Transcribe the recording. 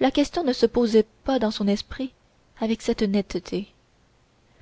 la question ne se posait pas dans son esprit avec cette netteté